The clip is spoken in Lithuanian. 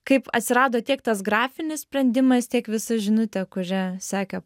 kaip atsirado tiek tas grafinis sprendimas tiek visa žinutė kuri sekė